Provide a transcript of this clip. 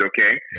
okay